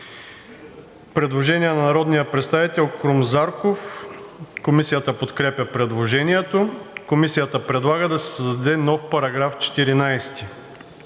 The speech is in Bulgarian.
Предложение на народния представител Крум Зарков. Комисията подкрепя предложението. Комисията предлага да се създаде нов § 14: „§ 14.